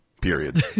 Period